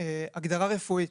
בהגדרה רפואית.